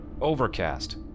Overcast